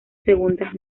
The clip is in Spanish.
segundas